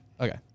Okay